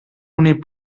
únic